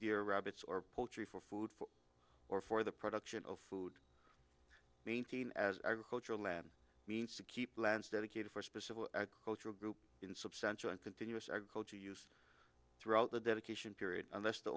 or rabbits or poultry for food or for the production of food maintain as agricultural land means to keep plants dedicated for specific cultural groups in substantial and continuous agriculture use throughout the dedication period unless the